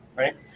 Right